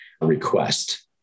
request